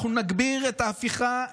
אנחנו נגביר את ההפיכה,